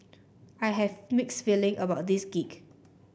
I have mixed feeling about this gig